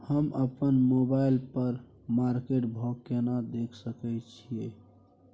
हम अपन मोबाइल पर मार्केट भाव केना देख सकै छिये?